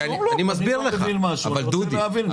אני לא מבין משהו ואני רוצה להבין.